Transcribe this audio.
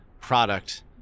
product